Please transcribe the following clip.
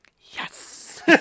yes